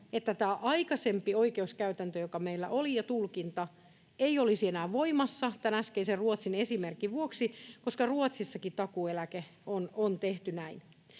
että tämä aikaisempi oikeuskäytäntö ja tulkinta, joka meillä oli, ei olisi enää voimassa tämän äskeisen Ruotsin esimerkin vuoksi, koska Ruotsissakin takuueläke on tehty näin.